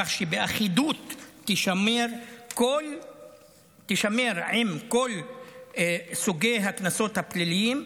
כך שהאחידות תישמר עם כל סוגי הקנסות הפליליים,